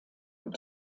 und